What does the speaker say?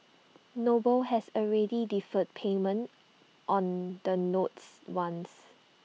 noble has already deferred payment on the notes once